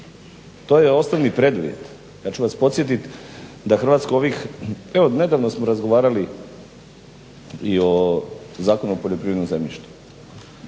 To je osnovni preduvjet ja ću vas podsjetiti da Hrvatska ovih evo nedavno smo razgovarali i o Zakonu o poljoprivrednom zemljištu,